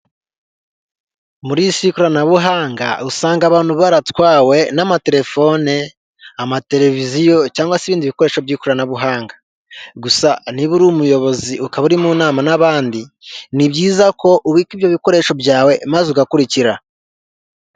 Muri iyi si y'ikoranabuhanga, usanga abantu baratwawe n'amatelefone, amateleviziyo, cyangwa se ibindi bikoresho by'ikoranabuhanga, gusa niba uri umuyobozi ukaba uri mu nama n'abandi, ni byiza ko ubika ibyo bikoresho byawe maze ugakurikira.